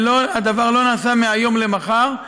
והדבר לא נעשה מהיום למחר.